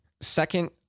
Second